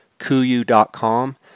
KUYU.com